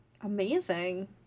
Amazing